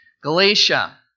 Galatia